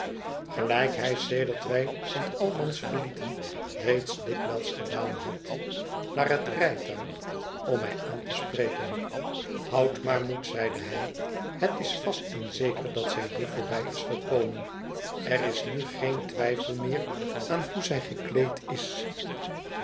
gelijk hij sedert wij st albans verlieten reeds dikwijls gedaan had naar het rijtuig om mij aan te spreken houd maar moed zeide hij het is vast en zeker dat zij hier voorbij is gekomen er is nu geen twijfel meer aan hoe zij gekleed is